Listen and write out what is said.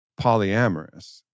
polyamorous